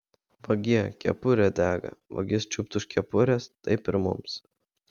vagie kepurė dega vagis čiupt už kepurės taip ir mums